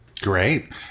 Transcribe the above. Great